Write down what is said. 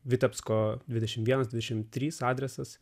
vitebsko dvidešim vienas dvidešim trys adresas